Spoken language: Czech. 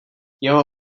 jeho